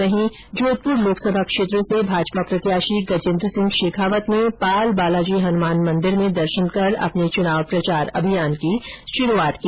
वहीं जोधपुर लोकसभा क्षेत्र से भाजपा प्रत्याषी गजेन्द्र सिंह शेखावत ने पाल बालाजी हनुमान मंदिर में दर्षन कर अपने चुनाव प्रचार अभियान की शुरूआत की